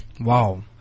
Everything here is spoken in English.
Wow